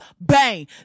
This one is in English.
bang